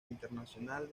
internacional